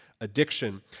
addiction